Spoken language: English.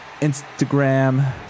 Instagram